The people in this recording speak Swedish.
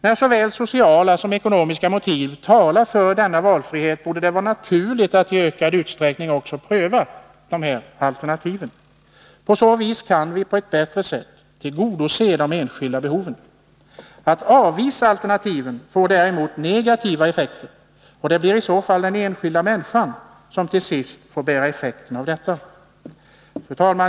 När såväl sociala som ekonomiska motiv talar för denna valfrihet, borde det vara naturligt att i ökad utsträckning pröva de alternativ jag nämnt. På så vis kan vi på ett bättre sätt tillgodose de enskildas behov. Att avvisa alternativen får däremot negativa effekter, och det blir i så fall den enskilda människan som till sist får ta konsekvenserna av detta.